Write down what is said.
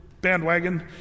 bandwagon